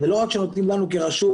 ולא רק שנותנים לנו כרשות,